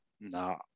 No